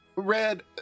Red